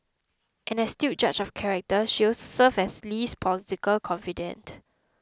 an astute judge of character she also served as Lee's political confidante